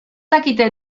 dakite